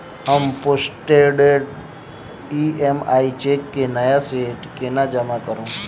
हम postdated EMI cheque केँ नया सेट केना जमा करू?